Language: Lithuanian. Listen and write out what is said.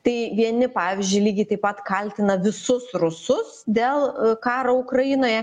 tai vieni pavyzdžiui lygiai taip pat kaltina visus rusus dėl karo ukrainoje